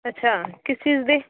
ਅੱਛਾ ਕਿਸ ਚੀਜ ਦੇ